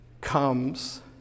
comes